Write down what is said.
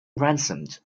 ransomed